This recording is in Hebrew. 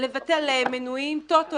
לבטל מינויים על טוטו,